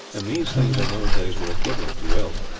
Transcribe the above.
and these things in those days were equivalent to wealth.